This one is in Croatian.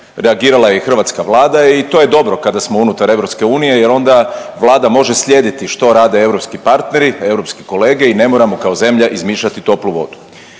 reagirala je i hrvatska Vlada i to je dobro kada smo unutar Europske unije jer onda Vlada može slijediti što rade europski partneri, europski kolege i ne moramo kao zemlja izmišljati „toplu vodu“.